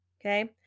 Okay